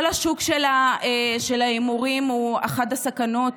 כל השוק של ההימורים הוא אחת הסכנות